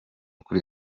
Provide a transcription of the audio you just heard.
kuri